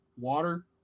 water